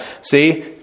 See